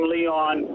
Leon